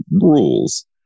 rules